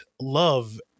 love